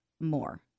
more